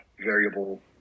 variable